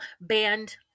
banned